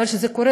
אבל כשזה קורה,